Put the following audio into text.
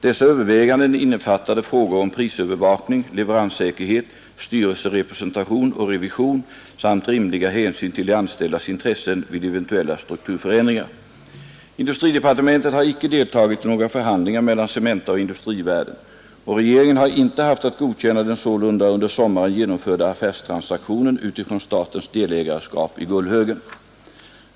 Dessa överväganden innefattade frågor om prisövervakning, leveranssäkerhet, styrelserepresentation och revision samt rimliga hänsyn till de anställdas intressen vid eventuella strukturförändringar. Industridepartementet har icke deltagit i några förhandlingar mellan Cementa och Industrivärden och regeringen har inte haft att godkänna den sålunda under sommaren genomförda affärstransaktionen utifrån statens delägarskap i Gullhögen.